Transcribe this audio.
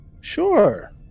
Sure